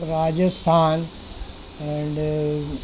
Rajasthan and